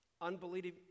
Unbelieving